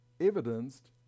evidenced